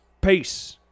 Peace